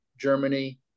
Germany